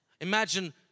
Imagine